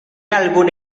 algún